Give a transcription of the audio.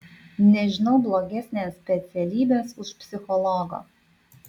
nežinau blogesnės specialybės už psichologo